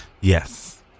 Yes